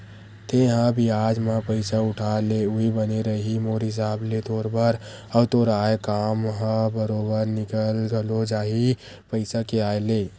तेंहा बियाज म पइसा उठा ले उहीं बने रइही मोर हिसाब ले तोर बर, अउ तोर आय काम ह बरोबर निकल घलो जाही पइसा के आय ले